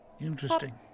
Interesting